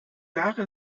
lara